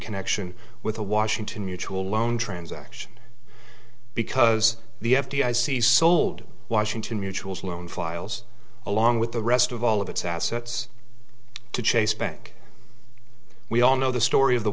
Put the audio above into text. connection with a washington mutual loan transaction because the f d i c sold washington mutual's loan files along with the rest of all of its assets to chase bank we all know the story of the